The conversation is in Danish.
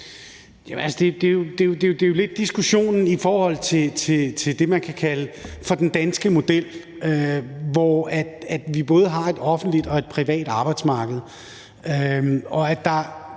Det er jo lidt diskussionen i forhold til det, man kan kalde den danske model, hvor vi både har et offentligt og et privat arbejdsmarked,